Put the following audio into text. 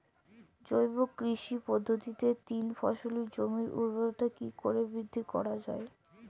জৈব কৃষি পদ্ধতিতে তিন ফসলী জমির ঊর্বরতা কি করে বৃদ্ধি করা য়ায়?